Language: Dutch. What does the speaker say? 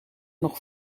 nog